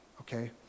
okay